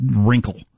wrinkle